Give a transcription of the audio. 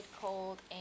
cold